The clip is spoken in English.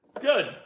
Good